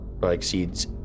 exceeds